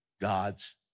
God's